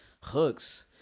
Hooks